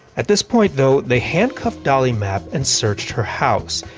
at this point, though, they handcuffed dolly mapp and searched her house.